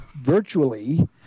virtually